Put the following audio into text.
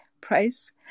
price